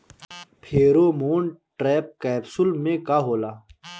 Pheromone trap capsule में का होला?